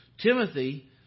Timothy